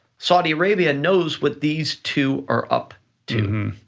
saudi arabia knows what these two are up to,